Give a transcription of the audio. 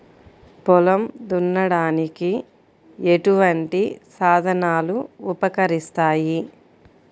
పొలం దున్నడానికి ఎటువంటి సాధనాలు ఉపకరిస్తాయి?